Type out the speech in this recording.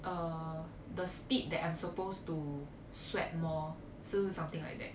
err the speed that I'm supposed to sweat more 是不是 something like that